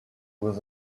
with